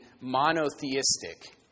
monotheistic